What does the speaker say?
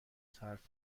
صرف